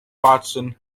watson